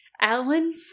Alan